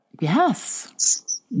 Yes